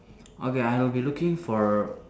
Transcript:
okay I'll be looking for